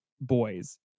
boys